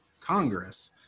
Congress